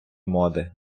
моди